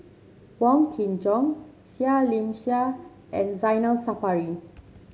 Wong Kin Jong Seah Liang Seah and Zainal Sapari